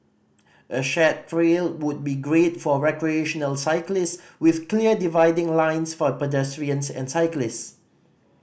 a shared trail would be great for recreational cyclist with clear dividing lines for pedestrians and cyclist